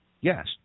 yes